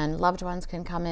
and loved ones can come